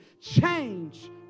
change